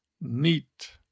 Neat